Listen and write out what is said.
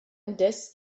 indes